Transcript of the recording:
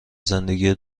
زندگی